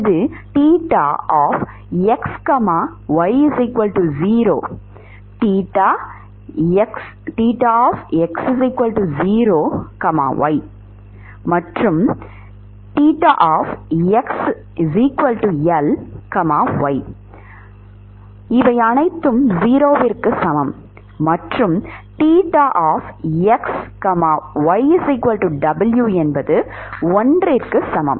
இது xy0 x0y xLy 0 ற்கு சமம் மற்றும் xyw1ற்கு சமம்